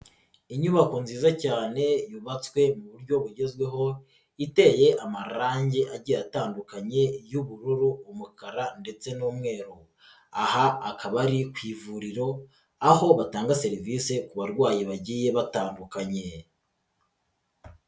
Inyubako nziza cyane yubatswe mu buryo bugezweho iteye amarangi agiye atandukanye y'ubururu umukara ndetse n'umweru aha akaba ari ku ivuriro aho batanga serivisi ku barwayi bagiye batandukanye.